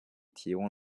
提供